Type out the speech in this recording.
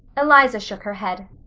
eliza shook her head.